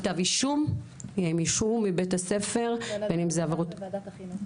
אישום יושעו מבית הספר ----- בוועדת החינוך.